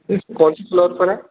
کون سے فلور پر ہے